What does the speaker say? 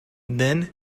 then